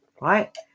right